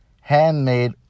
handmade